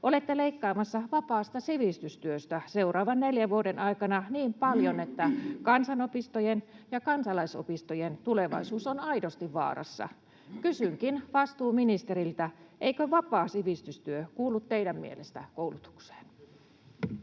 Olette leikkaamassa vapaasta sivistystyöstä seuraavan neljän vuoden aikana niin paljon, että kansanopistojen ja kansalaisopistojen tulevaisuus on aidosti vaarassa. Kysynkin vastuuministeriltä: eikö vapaa sivistystyö kuulu teidän mielestänne koulutukseen?